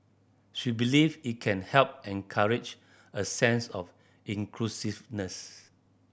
she believes it can help encourage a sense of inclusiveness